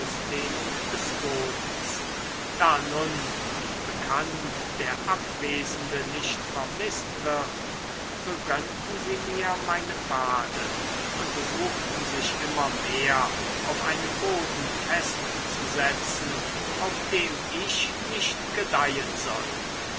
ausdehnung des bodens da nun wie bekannt der abwesende nicht vermißt wird so gönnten sie mir meine pfade und suchten sich immer mehr auf einem boden festzusetzen auf dem ich nicht gedeihen sollte